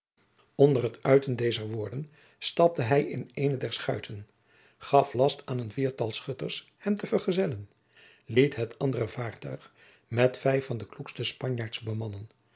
onder het uiten dezer woorden stapte hij in eene der schuiten gaf last aan een viertal schutters hem te vergezellen liet het andere vaartuig met vijf van de kloekste spanjaards bemannen